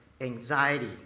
anxiety